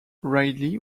ridley